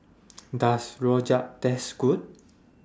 Does Rojak Taste Good